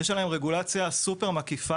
יש עליהם רגולציה סופר מקיפה.